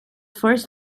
first